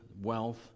wealth